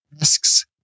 asks